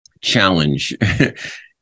challenge